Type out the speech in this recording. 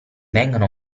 vengono